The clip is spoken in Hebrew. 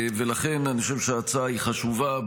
לכן אני חושב שההצעה היא חשובה,